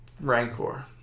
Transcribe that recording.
Rancor